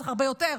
צריך הרבה יותר,